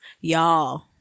y'all